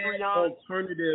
Alternative